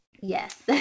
Yes